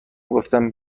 گفتم